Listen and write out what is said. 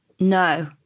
No